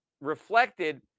reflected